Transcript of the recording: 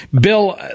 bill